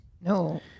No